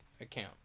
account